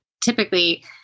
typically